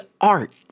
art